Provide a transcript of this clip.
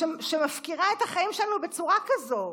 שמפקירה את החיים שלנו בצורה כזאת?